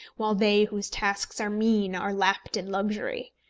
while they whose tasks are mean are lapped in luxury.